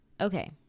Okay